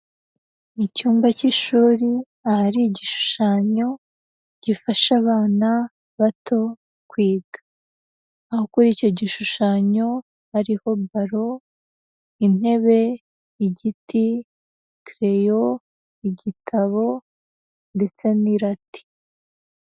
Icyumba cy'ishuri ahari igishushanyo gifasha abana bato kwiga, aho kuri icyo gishushanyo hariho; baro, intebe, igiti, kereyo, igitabo ndetse n'irati.